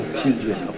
children